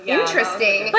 interesting